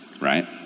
right